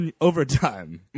overtime